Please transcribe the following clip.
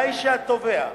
שדי שהתובע,